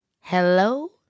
Hello